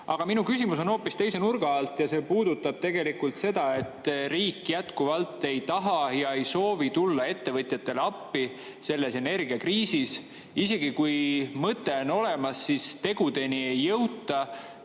Aga minu küsimus on hoopis teise nurga alt ja see puudutab seda, et riik jätkuvalt ei taha ja ei soovi tulla ettevõtjatele selles energiakriisis appi. Isegi kui mõte on olemas, siis tegudeni ei jõuta.